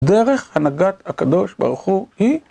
דרך הנהגת הקדוש ברוך הוא, היא